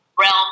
realm